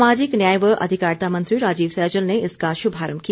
सामाजिक न्याय व अधिकारिता मंत्री राजीव सैजल ने इसका शुभारम्भ किया